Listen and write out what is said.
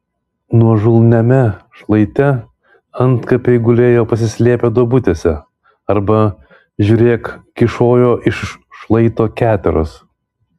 nuožulniame šlaite antkapiai gulėjo pasislėpę duobutėse arba žiūrėk kyšojo iš už šlaito keteros